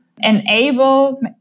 enable